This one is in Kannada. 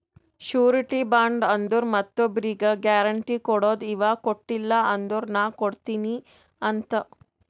ಶುರಿಟಿ ಬಾಂಡ್ ಅಂದುರ್ ಮತ್ತೊಬ್ರಿಗ್ ಗ್ಯಾರೆಂಟಿ ಕೊಡದು ಇವಾ ಕೊಟ್ಟಿಲ ಅಂದುರ್ ನಾ ಕೊಡ್ತೀನಿ ಅಂತ್